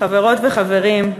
חברות וחברים,